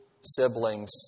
siblings